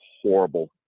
horrible